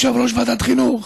יושב-ראש ועדת החינוך,